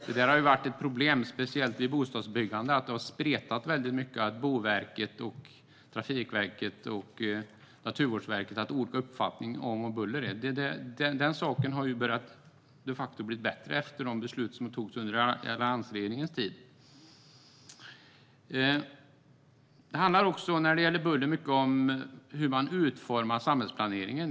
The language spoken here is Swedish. Det har varit ett problem, speciellt vid bostadsbyggande, att det har spretat väldigt mycket och att Boverket, Trafikverket och Naturvårdsverket har haft olika uppfattningar om vad buller är. Den saken har de facto börjat bli bättre efter de beslut som togs under alliansregeringens tid. När det gäller buller handlar det också mycket om hur man utformar samhällsplaneringen.